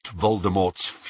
Voldemort's